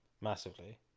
massively